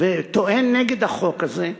וטוען נגד החוק הזה.